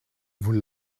vous